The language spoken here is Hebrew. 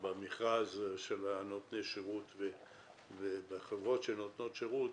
שבמכרז של נותני השירות ובחברות שנותנות שירות,